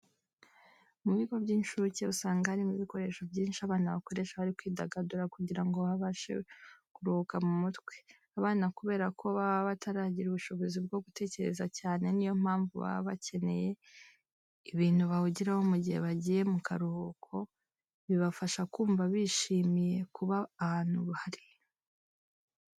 Mu bigo by'incuke usanga harimo ibikoresho byinshi abana bakoresha bari kwidagadura kugira babashe kuruhuka mu mutwe. Abana kubera ko baba bataragira ubushobozi bwo gutekereza cyane, niyo mpamvu baba bakeneye ibintu bahugiraho mu gihe bagiye mu karuhuko bibafasha kumva bishyimiye kuba ahantu bari.